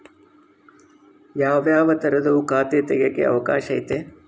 ಯಾವ್ಯಾವ ತರದುವು ಖಾತೆ ತೆಗೆಕ ಅವಕಾಶ ಐತೆ?